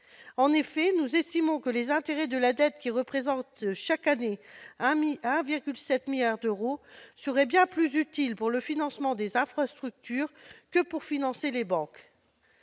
en effet que les intérêts de la dette, qui représentent chaque année 1,7 milliard d'euros, seraient bien plus utiles au financement des infrastructures qu'à celui des banques.